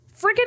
freaking